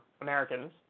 Americans